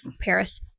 Paris